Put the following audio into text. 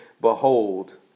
behold